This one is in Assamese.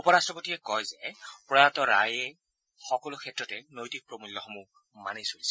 উপ ৰাট্টপতিয়ে কয় যে প্ৰয়াত ৰাৱে সকলো ক্ষেত্ৰতে নৈতিক প্ৰমূল্যসমূহ মানি চলিছিল